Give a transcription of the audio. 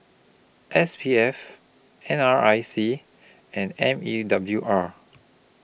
S P F N R I C and M E W R